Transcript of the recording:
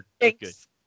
Thanks